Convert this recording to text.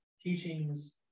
teachings